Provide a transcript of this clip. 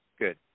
Good